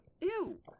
Ew